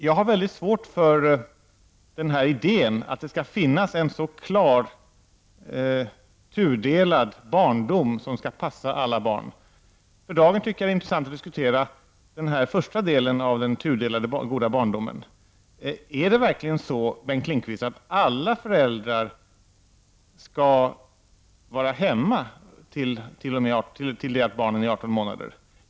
Jag har mycket svårt för den här idéen att det skall finnas en så klart tudelad barndom som skall passa alla barn. För dagen tycker jag det är intressant att diskutera den första delen av den tudelade goda barndomen. Är det verkligen så, Bengt Lindqvist, att alla föräldrar skall vara hemma till det barnet är 18 månader?